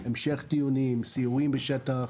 המשך דיונים, סיורים בשטח.